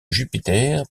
jupiter